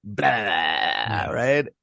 right